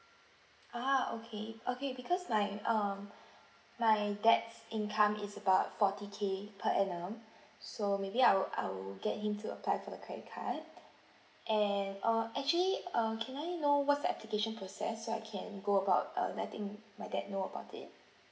ah okay okay because my um my dad's income is about forty K per annum so maybe I will I will get him to apply for credit card and uh actually uh can I know what's the application process so I can go about uh letting my dad know about it